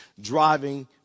driving